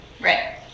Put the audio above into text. Right